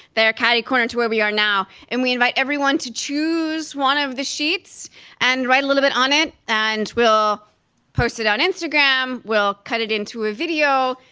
they're catty corner to where we are now, and we invite everyone to choose one of the sheets and write a little bit on it, and we'll post it on instagram. we'll cut it into a video.